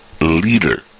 leader